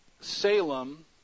Salem